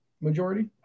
majority